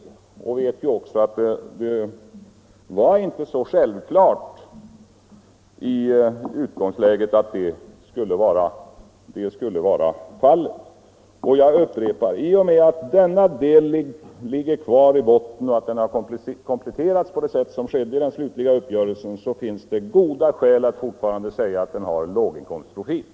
Han vet också att det inte var så självklart i utgångsläget att det skulle vara fallet. Jag upprepar: I och med att denna del ligger kvar i botten och har kompletterats på det sätt som skedde i den slutliga uppgörelsen finns det goda skäl att fortfarande säga att överenskommelsen har låginkomstprofil.